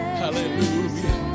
hallelujah